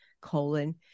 colon